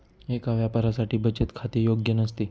एका व्यापाऱ्यासाठी बचत खाते योग्य नसते